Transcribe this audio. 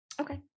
Okay